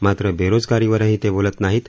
मात्र बेरोजगारीवरही ते बोलत नाहीत